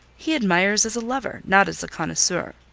he admires as a lover, not as a connoisseur.